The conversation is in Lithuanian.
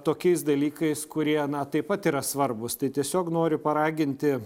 tokiais dalykais kurie na taip pat yra svarbūs tai tiesiog noriu paraginti